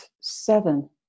seven